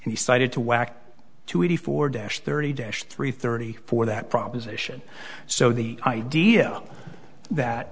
and he cited to whack to eighty four dash thirty days three thirty four that proposition so the idea that